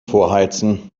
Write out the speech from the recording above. vorheizen